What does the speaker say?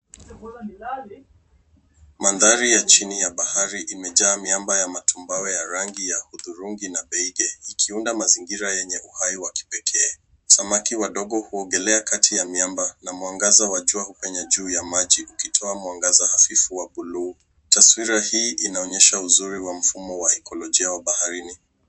Mandhari ya chini ya bahari imejaa miamba ya matumbao ya rangi ya hudhurungi na beig, ikiunda mazingira yenye uhai wa kipekee. Samaki wadogo huogelea kati ya miamba na mwangaza wa jua hupenye juu ya maji ukitoa mwangaza hafifu wa buluu. Taswira hii inaonyesha uzuri wa Mfumo wa ekolojia wa baharini.